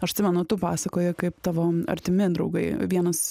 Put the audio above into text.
aš atsimenu tu pasakoji kaip tavo artimi draugai vienas